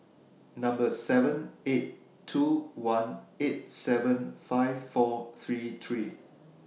seven eight two one eight seven five four three three